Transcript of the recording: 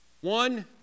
one